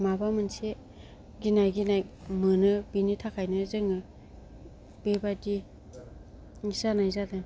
माबा मोनसे गिनाय गिनाय मोनो बेनि थाखायनो जोङो बेबादि जानाय जादों